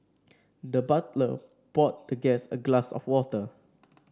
the butler poured the guest a glass of water